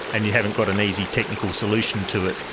and you haven't got an easy technical solution to it.